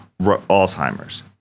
Alzheimer's